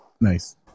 Nice